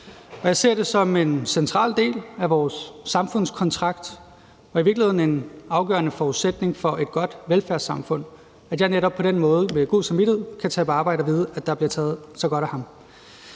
jeg ser det som en central del af vores samfundskontrakt og i virkeligheden også en afgørende forudsætning for et godt velfærdssamfund, at jeg netop på den måde med god samvittighed kan tage på arbejde og vide, at man tager sig godt af ham.